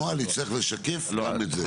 הנוהל יצטרך לשקף גם את זה.